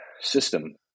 system